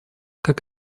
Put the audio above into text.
как